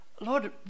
Lord